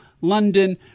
London